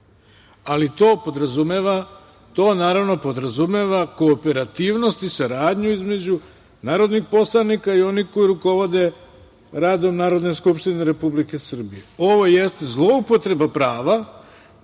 ali to podrazumeva kooperativnost i saradnju između narodnih poslanika i onih koji rukovode radom Narodne skupštine Republike Srbije. Ovo jeste zloupotreba prava